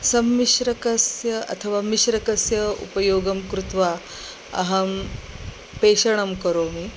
सम्मिश्रकस्य अथवा मिश्रकस्य उपयोगं कृत्वा अहं पेषणं करोमि